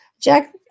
Jack